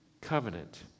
covenant